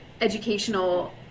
educational